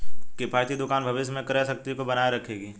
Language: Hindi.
किफ़ायती दुकान भविष्य में क्रय शक्ति को बनाए रखेगा